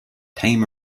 tame